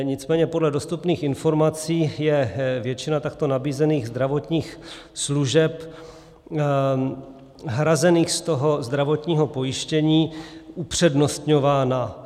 Nicméně podle dostupných informací je většina takto nabízených zdravotních služeb hrazených z toho zdravotního pojištění upřednostňována.